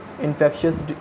infectious